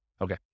Okay